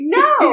no